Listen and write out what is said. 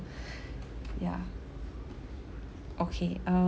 ya okay uh